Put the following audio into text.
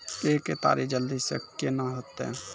के केताड़ी जल्दी से के ना होते?